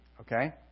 okay